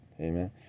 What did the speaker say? Amen